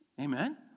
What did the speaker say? Amen